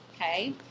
Okay